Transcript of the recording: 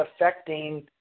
affecting